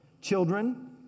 Children